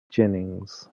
jennings